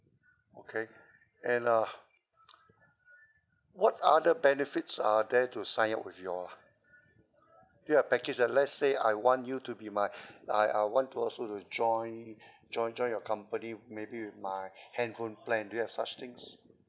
okay and uh what other benefits are there to sign up with you all ah do you have package that let's say I want you to be my I I want to also to join join join your company maybe with my handphone plan do you have such things